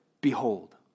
behold